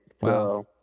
Wow